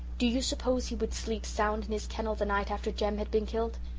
do you suppose he would sleep sound in his kennel the night after jem had been killed?